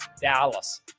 Dallas